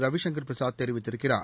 ரவிசங்கர் பிரசாத் தெரிவித்திருக்கிறார்